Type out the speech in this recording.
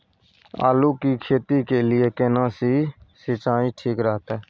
आलू की खेती के लिये केना सी सिंचाई ठीक रहतै?